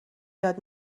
یاد